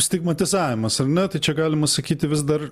stigmatizavimas ar ne tai čia galima sakyti vis dar